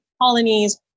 colonies